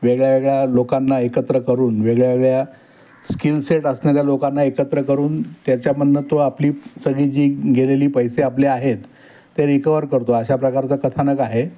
वेगळ्या वेगळ्या लोकांना एकत्र करून वेगळ्या वेगळ्या स्किलसेट असणाऱ्या लोकांना एकत्र करून त्याच्यामधून तो आपली सगळी जी गेलेली पैसे आपले आहेत ते रिकवर करतो अशा प्रकारचा कथानक आहे